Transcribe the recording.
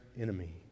enemy